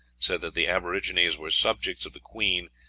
said that the aborigines were subjects of the queen,